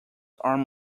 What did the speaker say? arm